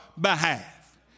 behalf